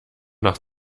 noch